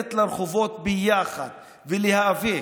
ולצאת לרחובות ביחד ולהיאבק,